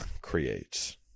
creates